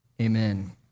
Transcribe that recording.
amen